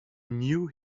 knew